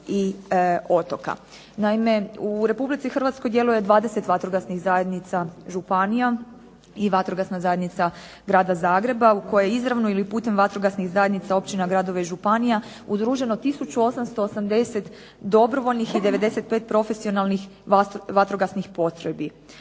Naime, u Republici Hrvatskoj djeluje 20 vatrogasnih zajednica županija i vatrogasna zajednica grada Zagreba u kojoj je izravno ili putem vatrogasnih zajednica općina, gradova i županija udruženo 1880 dobrovoljnih i 95 profesionalnih vatrogasnih postrojbi.